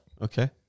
Okay